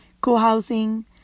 co-housing